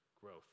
Growth